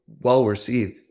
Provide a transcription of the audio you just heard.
well-received